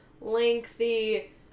lengthy